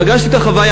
פגשתי את החוויה,